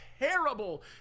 terrible